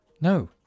No